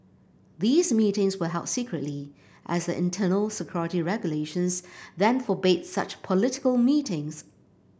these meetings were held secretly as the internal security regulations then forbade such political meetings